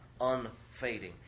unfading